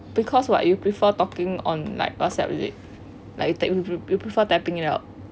because what you prefer talking on like bus everyday like you prefer typing it out